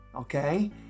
okay